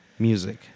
music